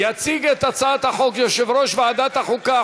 יציג את הצעת החוק יושב-ראש ועדת החוקה,